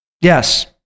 yes